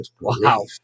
Wow